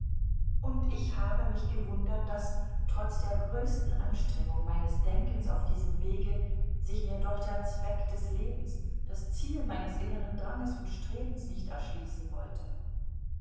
und ich habe mich gewundert daß trotz der größten anstrengung meines denkens auf diesem wege sich mir doch der zweck des lebens das ziel meines inneren dranges und strebens nicht erschließen wollte